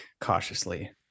cautiously